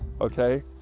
okay